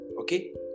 Okay